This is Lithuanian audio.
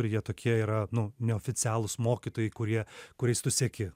ir jie tokie yra nu neoficialūs mokytojai kurie kuriais tu seki